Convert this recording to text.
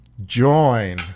join